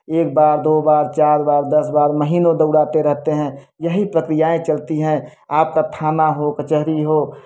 एक बार दो बार चार बार दस बार महीनों दौड़ाते रहते हैं यही प्रक्रियाएँ चलती हैं आपका थाना हो कचहरी हो